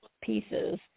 pieces